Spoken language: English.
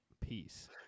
peace